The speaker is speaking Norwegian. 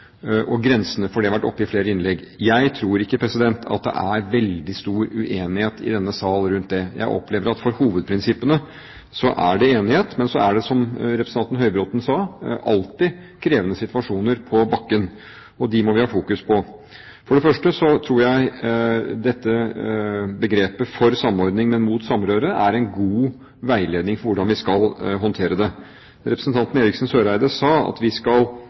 og militære engasjementet og grensene for det vært oppe i flere innlegg. Jeg tror ikke at det er veldig stor uenighet i denne sal rundt det. Jeg opplever at det er enighet om hovedprinsippene, men så er det, som representanten Høybråten sa, alltid krevende situasjoner på bakken, og det må vi fokusere på. For det første tror jeg dette begrepet «for samordning, men mot samrøre» er en god veiledning for hvordan vi skal håndtere det. Representanten Eriksen Søreide sa at vi skal